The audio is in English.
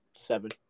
Seven